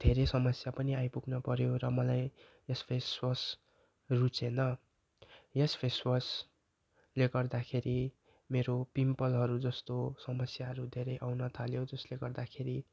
धेरै समस्या पनि आइपुग्नपऱ्यो र मलाई यस फेसवास रुचेन यस फेसवासले गर्दाखेरि मेरो पिम्पलहरू जस्तो समस्याहरू धेरै आउन थाल्यो जसले गर्दाखेरि